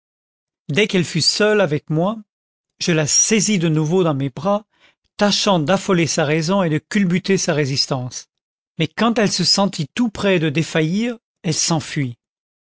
dès qu'elle fut seule avec moi je la saisis de nouveau dans mes bras tâchant d'affoler sa raison et de culbuter sa résistance mais quand elle se sentit tout près de défaillir elle s'enfuit